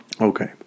okay